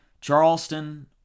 Charleston